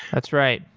that's right.